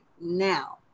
now